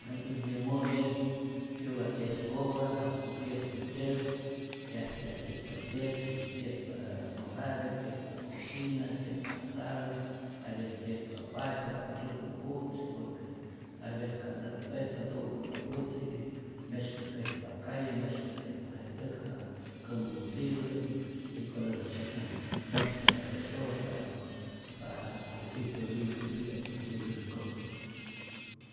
Yänh äj yomo'i jyupa 'yeskopa ja'ku pyejtu tyäk, 'yaceatzäkpa tyäk, pyetpa mäjatäk, pyetpa cocina, pyetpa sala, hay vece pyetpa patiu, jaku tyu'mu putzi por que hay ves ka'ntatä mpetpa tu'mpapä putzi y mesyku kejpa calle, myesku kejpa je täk ja kumputzipä, jikotatäjtzye oj maspa je escopa para ku, para ja'ku ijtu limpyu titya'p äjtyä ntäjkojmä.